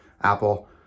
Apple